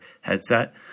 headset